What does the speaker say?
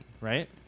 right